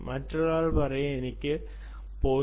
മറ്റൊരാൾ പറയും എനിക്ക് നിങ്ങൾക്ക് 0